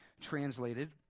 translated